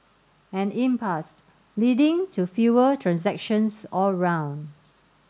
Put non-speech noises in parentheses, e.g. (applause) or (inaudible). an (unintelligible) leading to fewer transactions all round